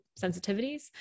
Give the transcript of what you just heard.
sensitivities